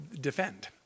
defend